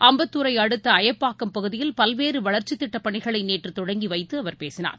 அம்பத்தாரைஅடுத்தஅயப்பாக்கம் பகுதியில் பல்வேறுவளர்ச்சித் திட்ப் பணிகளைநேற்றுதொடங்கிவைத்துஅவர் பேசினார்